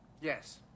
yes